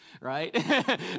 right